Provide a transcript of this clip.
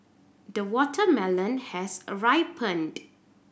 the watermelon has a ripened